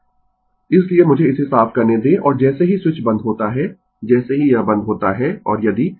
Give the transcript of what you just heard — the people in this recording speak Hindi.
Refer Slide Time 1958 इसलिए मुझे इसे साफ करने दें और जैसे ही स्विच बंद होता है जैसे ही यह बंद होता है और यदि